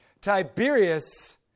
Tiberius